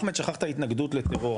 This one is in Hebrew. רק אחמד שכחת התנגדות לטרור,